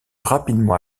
rapidement